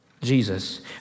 Jesus